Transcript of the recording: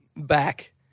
back